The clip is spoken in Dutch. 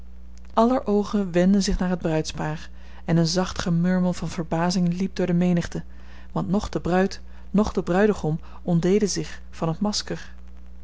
aller oogen wendden zich naar het bruidspaar en een zacht gemurmel van verbazing liep door de menigte want noch de bruid noch de bruidegom ontdeden zich van het masker